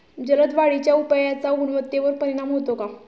जलद वाढीच्या उपायाचा गुणवत्तेवर परिणाम होतो का?